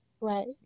right